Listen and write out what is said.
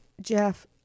Jeff